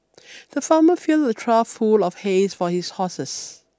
the farmer filled a trough full of hays for his horses